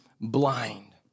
blind